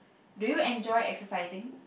do you enjoy exercising